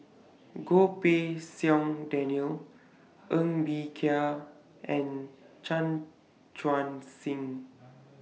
Goh Pei Siong Daniel Ng Bee Kia and Chan Chuan Sing